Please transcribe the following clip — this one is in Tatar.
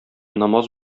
намаз